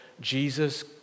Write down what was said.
Jesus